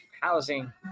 housing